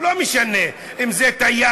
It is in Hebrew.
לא משנה אם זה טייח,